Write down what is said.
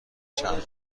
چند